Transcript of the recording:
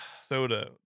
Soda